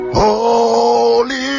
holy